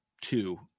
two